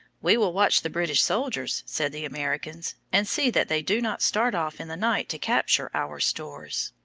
we will watch the british soldiers, said the americans, and see that they do not start off in the night to capture our stores.